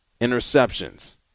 interceptions